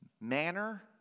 manner